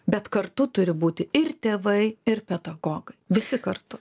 bet kartu turi būti ir tėvai ir pedagogai visi kartu